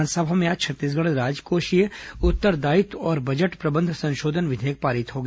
विधानसभा में आज छत्तीसगढ़ राजकोषीय उत्तरदायित्व और बजट प्रबंध संशोधन विधेयक पारित हो गया